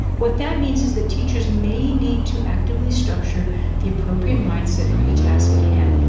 what that means is that teachers may need to actively structure the appropriate mindset for the task at hand.